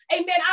Amen